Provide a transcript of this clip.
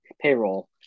payroll